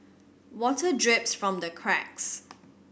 water drips from the cracks